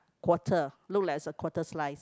quarter look likes a quarter slices